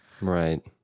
right